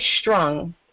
strung